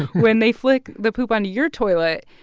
when they flick the poop onto your toilet,